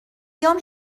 ایام